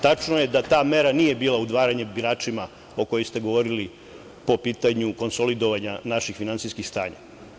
Tačno je da ta mera nije bila udvaranje biračima o kojoj ste govorili po pitanju konsolidovanja naših finansijskih stanja.